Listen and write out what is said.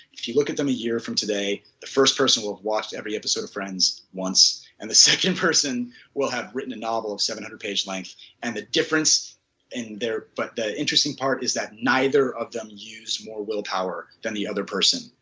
if you look at them a year from today the first person will have watched every episode of friends once and the second person will have written a novel of seven hundred page length and the difference in there, but the interesting part is that neither of them use more willpower than the other person.